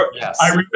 Yes